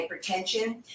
hypertension